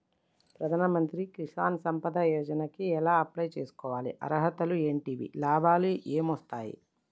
ప్రధాన మంత్రి కిసాన్ సంపద యోజన కి ఎలా అప్లయ్ చేసుకోవాలి? అర్హతలు ఏంటివి? లాభాలు ఏమొస్తాయి?